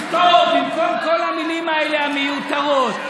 לכתוב במקום כל המילים האלה, המיותרות,